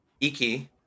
Iki